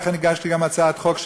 לכן הגשתי גם הצעת חוק,